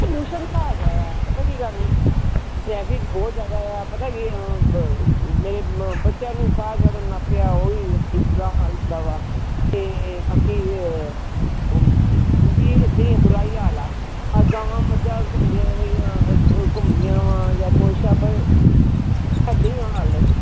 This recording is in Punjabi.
ਪਲਊਸ਼ਨ ਤਾਂ ਹੈਗਾ ਆ ਪਤਾ ਕੀ ਗੱਲ ਟ੍ਰੈਫਿਕ ਬਹੁਤ ਜ਼ਿਆਦਾ ਹੈ ਪਤਾ ਕੀ ਆ ਬੱਚਿਆਂ ਨੂੰ ਸਾਹ ਚੜ੍ਹਨ ਲੱਗ ਪਿਆ ਉਹ ਹੀ ਬੁਰਾ ਹਾਲ ਹੁੰਦਾ ਵਾ ਅਤੇ ਬਾਕੀ ਵੀ ਵੀ ਬੁਰਾ ਹੀ ਹਾਲ ਆ ਇਹ ਗਾਵਾਂ ਮੱਝਾਂ ਘੁੰਮਦੀਆਂ ਰਹਿੰਦੀਆਂ ਘੁੰਮਦੀਆਂ ਵਾ ਜਾਂ ਕੁਛ ਆ ਪਰ ਇੱਦਾਂ ਹੀ ਹਾਲ ਹੈ